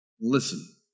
Listen